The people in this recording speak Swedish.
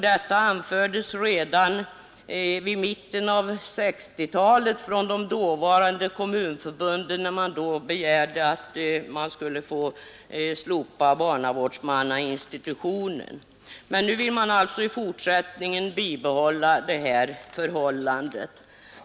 Detta anfördes redan i mitten av 1960-talet av det dåvarande kommunförbundet, som begärde att man skulle få slopa barnavårdsmannainstitutionen. Nu vill man alltså i fortsättningen bibehålla detta förhållande.